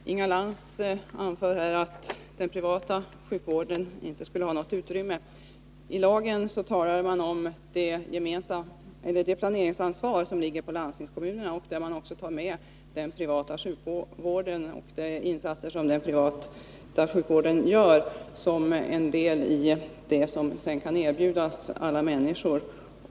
Herr talman! Inga Lantz anför här att den privata sjukvården inte borde ha något utrymme. I lagen talar man om det planeringsansvar som ligger på landstingskommunerna. Där tar man då med även den privata sjukvårdens insatser såsom en del i det som sedan kan erbjudas alla människor.